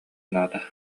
наада